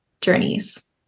journeys